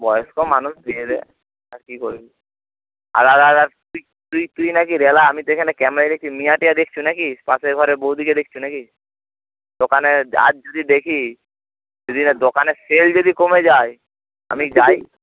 বয়স্ক মানুষ দিয়ে দে আর কি করবি আলাদা আলাদা তুই তুই তুই নাকি রেলা আমি তো এখানে ক্যামেরা মেয়ে টেয়ে দেখছিস নাকি পাশের ঘরের বৌদিকে দেখচি নাকি দোকানে আজ যদি দেখি যদি না দোকানের সেল যদি কমে যায় আমি যাই